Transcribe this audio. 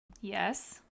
Yes